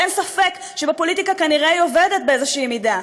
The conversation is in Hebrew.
אין ספק שבפוליטיקה כנראה היא עובדת באיזושהי מידה.